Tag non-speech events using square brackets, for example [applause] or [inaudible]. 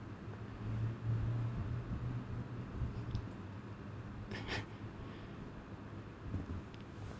[laughs]